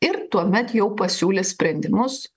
ir tuomet jau pasiūlys sprendimus